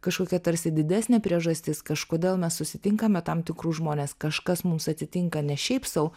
kažkokia tarsi didesnė priežastis kažkodėl mes susitinkame tam tikrus žmones kažkas mums atsitinka ne šiaip sau